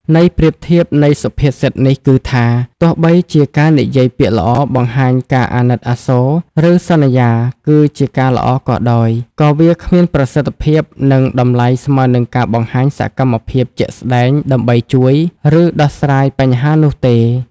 ន័យប្រៀបធៀបនៃសុភាសិតនេះគឺថា ទោះបីជាការនិយាយពាក្យល្អ បង្ហាញការអាណិតអាសូរ ឬសន្យាគឺជាការល្អក៏ដោយ ក៏វាគ្មានប្រសិទ្ធភាព និងតម្លៃស្មើនឹងការបង្ហាញសកម្មភាពជាក់ស្ដែងដើម្បីជួយ ឬដោះស្រាយបញ្ហានោះទេ។